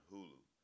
Hulu